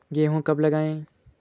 गेहूँ कब लगाएँ?